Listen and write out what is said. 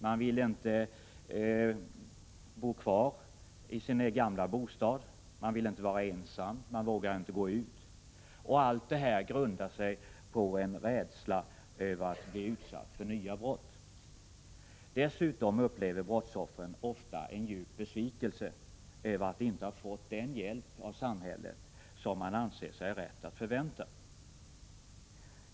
Man vill inte bo kvar i sin gamla bostad, vill inte vara ensam, vågar inte gå ut. Allt detta grundar sig på en rädsla för att bli utsatt för nya brott. Dessutom upplever brottsoffren ofta en djup besvikelse över att de inte har fått den hjälp av samhället som de anser sig ha rätt att förvänta.